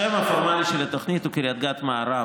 השם הפורמלי של התוכנית הוא קריית גת מערב,